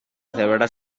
celebrar